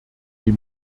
die